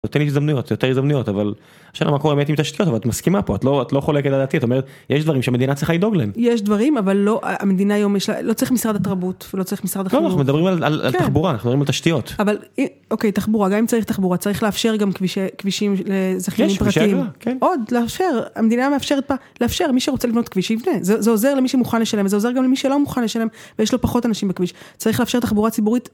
יותר הזדמנויות. יותר הזדמנויות, אבל עכשיו מה קורה אם הייתי מתעקש איתך ואת מסכימה פה, את לא חולקת על דעתי. את אומרת יש דברים שהמדינה צריכה לדאוג להם. -יש דברים, אבל לא, המדינה היום יש לה, לא צריך משרד התרבות, ולא צריך משרד החינוך- -לא, אנחנו מדברים על תחבורה, אנחנו מדברים על תשתיות. -אבל אוקיי, תחבורה, גם אם צריך תחבורה, צריך לאפשר גם כבישים זכיינים פרטיים, עוד, לאשר. המדינה מאפשרת, לאפשר. מי שרוצה לקנות כביש שיקנה. זה עוזר למי שמוכן לשלם, וזה עוזר גם למי שלא מוכן לשלם, יש לו פחות אנשים בכביש. צריך לאפשר תחבורה ציבורית.